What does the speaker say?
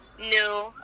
new